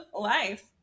Life